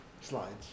slides